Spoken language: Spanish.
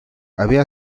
había